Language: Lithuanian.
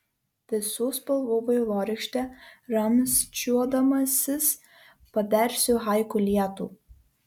visų spalvų vaivorykšte ramsčiuodamasis pabersiu haiku lietų